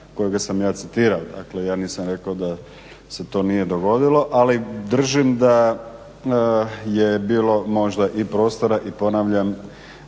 kojega sam ja citirao. Dakle ja nisam rekao da se to nije dogodilo ali držim da je bilo možda i prostora i ponavljam